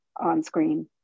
on-screen